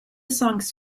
songs